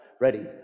ready